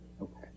Okay